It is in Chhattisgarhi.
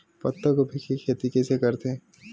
पत्तागोभी के खेती कइसे करथे?